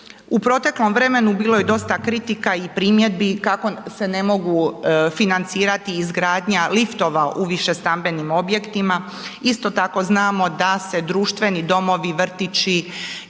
U proteklom vremenu bilo je dosta kritika i primjedbi kako se ne mogu financirati izgradnja liftova u više stambenim objektima, isto tako znamo da se društveni domovi, vrtići